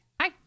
Hi